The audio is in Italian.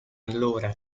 allora